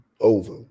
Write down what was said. over